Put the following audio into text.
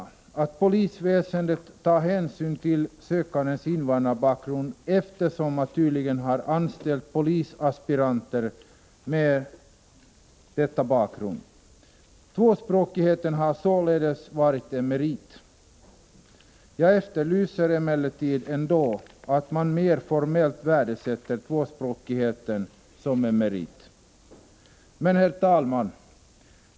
Man säger att polisväsendet tar hänsyn till sökandes invandrarbakgrund, eftersom man tydligen har anställt polisaspiranter med sådan bakgrund. Tvåspråkigheten har således varit en merit. Jag efterlyser emellertid att man mer formellt värdesätter tvåspråkigheten som en merit. Herr talman!